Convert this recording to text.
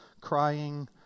crying